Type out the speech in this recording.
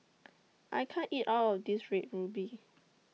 I can't eat All of This Red Ruby